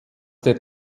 der